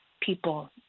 people